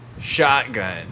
Shotgun